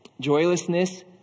...joylessness